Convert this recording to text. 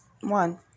One